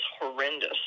horrendous